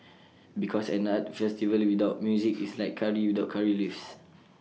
because an arts festival without music is like Curry without Curry leaves